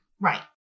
Right